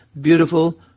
beautiful